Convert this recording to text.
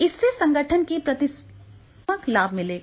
इससे संगठन को प्रतिस्पर्धात्मक लाभ मिलेगा